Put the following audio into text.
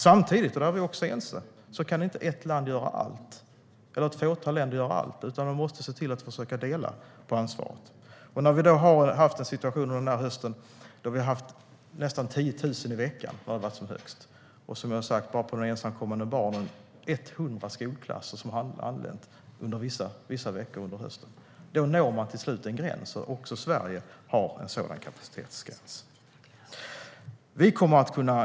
Samtidigt, och där är vi också ense, kan inte ett land eller ett fåtal länder göra allt, utan man måste försöka dela på ansvaret. Under hösten har vi haft en situation med nästan 10 000 i veckan när det har varit som högst. När det gäller de ensamkommande barnen har, som jag har sagt, 100 skolklasser anlänt vissa veckor. Då når man till slut en gräns, och också Sverige har en sådan kapacitetsgräns.